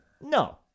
no